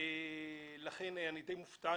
ולכן אני די מופתע.